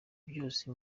byose